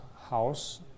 house